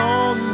on